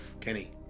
Kenny